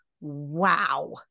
wow